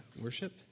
worship